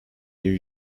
new